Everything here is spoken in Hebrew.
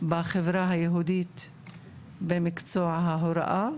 בחברה היהודית במקצוע ההוראה,